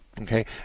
Okay